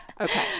Okay